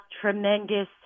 tremendous